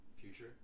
Future